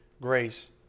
grace